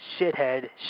shithead